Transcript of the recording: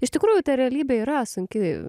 iš tikrųjų ta realybė yra sunki